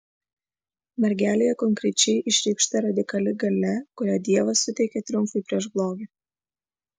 mergelėje konkrečiai išreikšta radikali galia kurią dievas suteikė triumfui prieš blogį